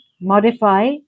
modify